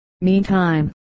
Meantime